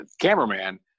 cameraman